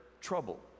trouble